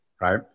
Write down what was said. right